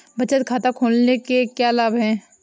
बचत खाता खोलने के क्या लाभ हैं?